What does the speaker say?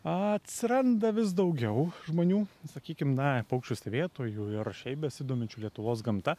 atsiranda vis daugiau žmonių sakykim na paukščių stebėtojų ir šiaip besidominčių lietuvos gamta